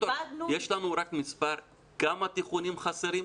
יש לנו מספר, כמה תיכונים חסרים?